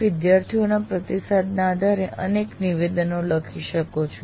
આપ વિદ્યાર્થીઓના પ્રતિસાદના આધારે અનેક નિવેદનો લખી શકો છો